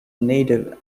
native